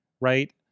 right